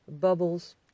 bubbles